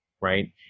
right